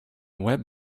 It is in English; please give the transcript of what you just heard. web